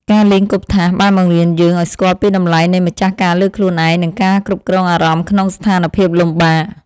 ការលេងគប់ថាសបានបង្រៀនយើងឱ្យស្គាល់ពីតម្លៃនៃម្ចាស់ការលើខ្លួនឯង និងការគ្រប់គ្រងអារម្មណ៍ក្នុងស្ថានភាពលំបាក។